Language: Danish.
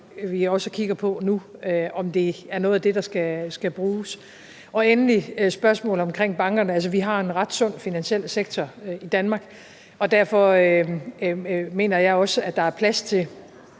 og kigger på nu; om det er noget af det, der skal bruges. Og endelig er der spørgsmålet omkring bankerne. Altså, vi har en ret sund finansiel sektor i Danmark, og derfor mener jeg også, at der er plads til,